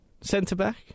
centre-back